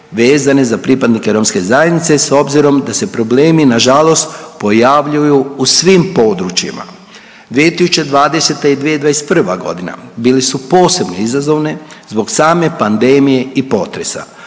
vezane za pripadnike romske zajednice, s obzirom da se problemi nažalost pojavljuju u svim područjima. 2020. i 2021. g. bili su posebne izazovne zbog same pandemije i potresa.